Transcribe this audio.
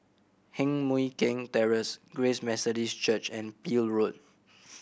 Heng Mui Keng Terrace Grace Methodist Church and Peel Road